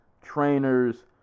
trainers